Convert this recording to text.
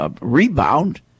rebound